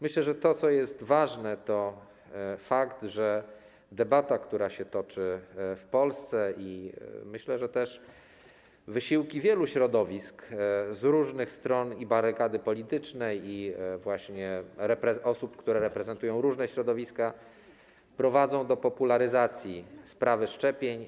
Myślę, że to, co jest ważne, to fakt, że debata, która się toczy w Polsce, jak też wysiłki wielu środowisk z różnych stron barykady politycznej i właśnie osób, które reprezentują różne środowiska, prowadzą do popularyzacji sprawy szczepień.